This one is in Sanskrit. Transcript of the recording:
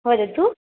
वदतु